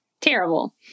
Terrible